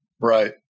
right